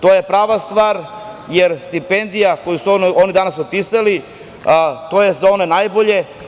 To je prava stvar, jer stipendija koju su oni danas potpisali je za one najbolje.